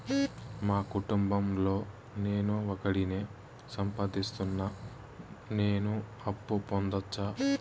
మా కుటుంబం లో నేను ఒకడినే సంపాదిస్తున్నా నేను అప్పు పొందొచ్చా